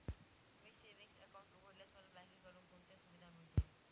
मी savings account उघडल्यास मला बँकेकडून कोणत्या सुविधा मिळतील?